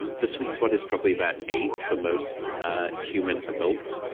and the sweet spot is probably about eight for most human adults.